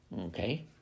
Okay